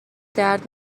درد